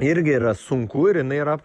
irgi yra sunku ir jinai yra